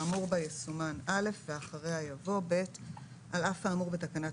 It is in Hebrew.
האמור בה יסומן "(א)" ואחריה יבוא: "(ב)על אף האמור בתקנת